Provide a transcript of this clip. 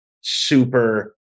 super